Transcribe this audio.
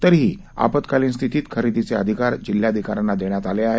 तरीही आपत्कालीन स्थितीत खरेदीचे अधिकार जिल्हाधिकाऱ्यांना देण्यात आले आहे